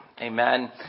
Amen